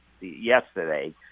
yesterday